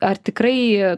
ar tikrai